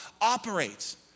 operates